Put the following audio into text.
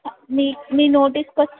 మీ మీ నోటిస్ కొస్త